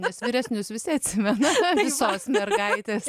nes vyresnius visi atsimena visos mergaitės